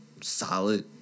solid